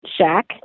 shack